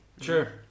Sure